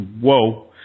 Whoa